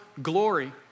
Glory